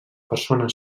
persona